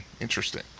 Interesting